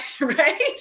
right